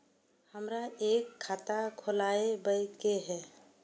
हमरा एक खाता खोलाबई के ये?